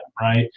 right